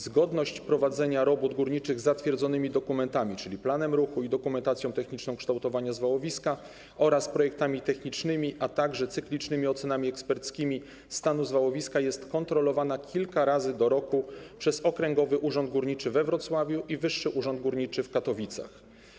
Zgodność prowadzenia robót górniczych z zatwierdzonymi dokumentami, czyli planem ruchu i dokumentacją techniczną kształtowania zwałowiska oraz projektami technicznymi, a także cyklicznymi ocenami eksperckimi stanu zwałowiska, jest kontrolowana kilka razy do roku przez Okręgowy Urząd Górniczy we Wrocławiu i Wyższy Urząd Górniczy w Katowicach.